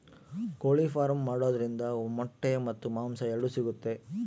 ಕೋಳಿ ಫಾರ್ಮ್ ಮಾಡೋದ್ರಿಂದ ಮೊಟ್ಟೆ ಮತ್ತು ಮಾಂಸ ಎರಡು ಸಿಗುತ್ತೆ